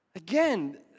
Again